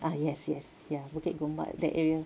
ah yes yes ya Bukit Gombak that area